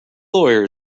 lawyer